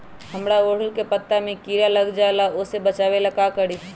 हमरा ओरहुल के पत्ता में किरा लग जाला वो से बचाबे ला का करी?